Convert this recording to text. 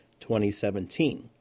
2017